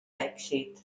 èxit